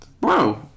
Bro